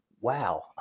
wow